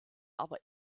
aber